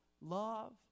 love